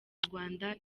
rwanda